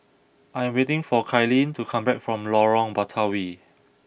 I am waiting for Kylene to come back from Lorong Batawi